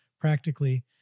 Practically